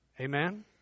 Amen